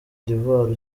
d’ivoir